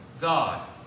God